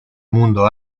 mundo